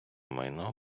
майно